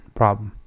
problem